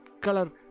color